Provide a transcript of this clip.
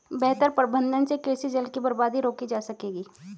बेहतर प्रबंधन से कृषि जल की बर्बादी रोकी जा सकेगी